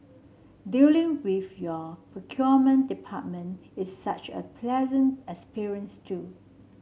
dealing with your procurement department is such a pleasant experience too